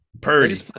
Purdy